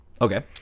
Okay